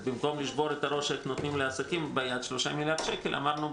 אז במקום לשבור את הראש איך נותנים לעסקים 3 מיליארד שקל ביד אמרו,